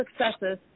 successes